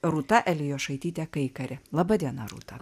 rūta elijošaitytė kaikarė laba diena rūta